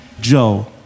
Joe